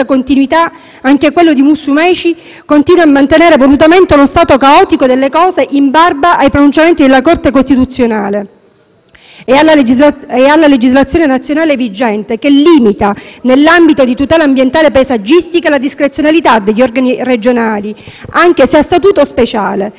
continuano a mantenere volutamente uno stato caotico delle cose in barba ai pronunciamenti della Corte costituzionale e alla legislazione nazionale vigente, che limita nell'ambito di tutela ambientale paesaggistica la discrezionalità degli organi regionali anche se a Statuto speciale. L'intento è quello di esautorare i tecnici competenti